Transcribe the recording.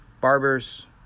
Barbers